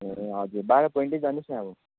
ए हजुर बाह्र पोइन्ट नै जानुहोस् न अब